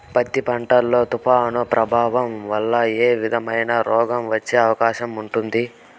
పత్తి పంట లో, తుఫాను ప్రభావం వల్ల ఏ విధమైన రోగం వచ్చే అవకాశం ఉంటుంది?